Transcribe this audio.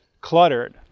cluttered